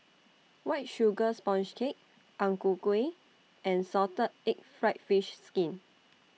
White Sugar Sponge Cake Ang Ku Kueh and Salted Egg Fried Fish Skin